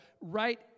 right